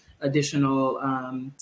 additional